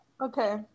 Okay